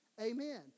amen